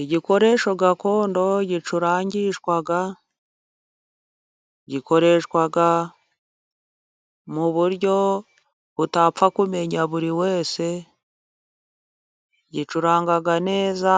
Igikoresho gakondo gicurangishwa, gikoreshwa mu buryo utapfa kumenya buri wese, gicuranga neza,